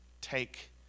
take